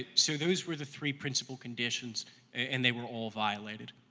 so those were the three principle conditions and they were all violated.